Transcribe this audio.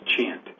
chant